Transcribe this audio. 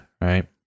right